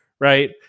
right